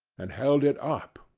and held it up,